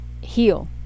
heal